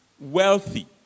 wealthy